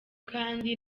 kandi